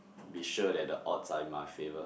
be sure that the odds are in my favour